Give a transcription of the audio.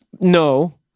No